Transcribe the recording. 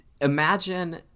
Imagine